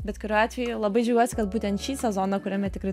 bet kuriuo atveju labai džiaugiuosi kad būtent šį sezoną kuriame tikrai